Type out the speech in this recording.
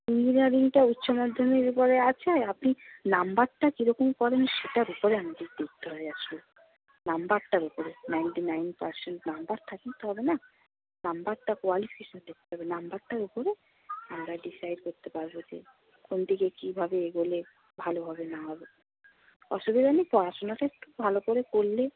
ইঞ্জিনিয়ারিংটা উচ্চ মাধ্যমিকের পরে আছে আপনি নাম্বারটা কী রকম করেন সেটার উপরে আমাদের দেখতে হবে নাম্বারটার উপরে নাইনটি নাইন পার্সেন্ট নাম্বার তবে না নাম্বারটা কোয়ালিফিকেশান দেখতে হবে নাম্বারটার ওপরে আমরা ডিসাইড করতে পারব যে কোন দিকে কীভাবে এগোলে ভালো হবে না হবে অসুবিধা নেই পড়াশুনাটা একটু ভালো করে করলে